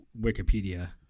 Wikipedia